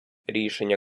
рішення